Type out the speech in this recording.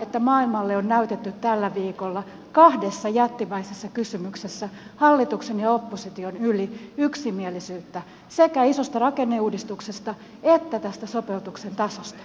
että maailmalle on näytetty tällä viikolla kahdessa jättimäisessä kysymyksessä hallituksen ja opposition yli yksimielisyyttä sekä isosta rakenneuudistuksesta että tästä sopeutuksen tasosta